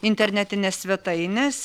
internetines svetaines